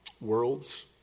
worlds